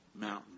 mountain